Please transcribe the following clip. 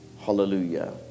hallelujah